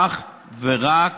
אך ורק